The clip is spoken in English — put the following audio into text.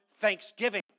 thanksgiving